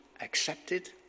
accepted